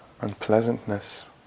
unpleasantness